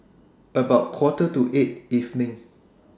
about Quarter to eight evening